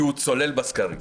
כי הוא צולל בסקרים.